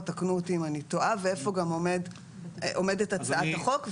תקנו אותי אם אני טועה, ואיפה עומדת הצעת החוק.